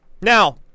Now